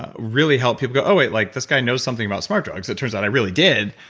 ah really helped people go, oh wait, like this guy knows something about smart drugs. it turns out i really did.